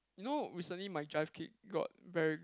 you know recently my drive kick got very